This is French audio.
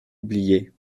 oubliait